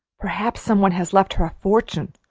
perhaps some one has left her a fortune,